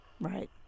right